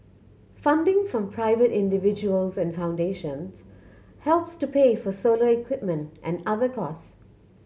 funding from private individuals and foundations helps to pay for solar equipment and other cost